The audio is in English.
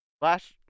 last